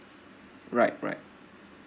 right right